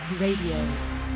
radio